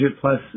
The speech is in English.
plus